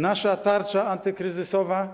Nasza tarcza antykryzysowa